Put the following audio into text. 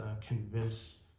convince